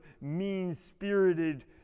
mean-spirited